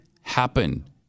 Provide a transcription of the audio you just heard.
happen